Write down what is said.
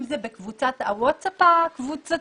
אם זה בקבוצת הווטסאפ הקבוצתית,